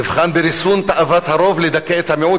נבחן בריסון תאוות הרוב לדכא את המיעוט